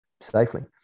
safely